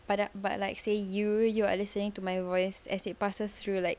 but but like say you you are listening to my voice as it passes through like